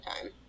time